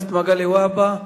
תודה לחבר הכנסת מגלי והבה.